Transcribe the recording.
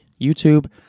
youtube